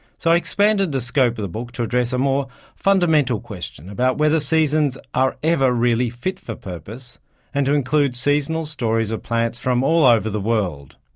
so i expanded the scope of the book to address a more fundamental question about whether seasons are ever really fit for purpose and to include seasonal stories of plants from all over the world.